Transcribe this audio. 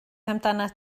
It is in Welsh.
amdanat